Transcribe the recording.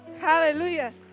Hallelujah